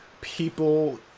people